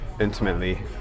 intimately